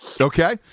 Okay